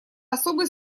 особый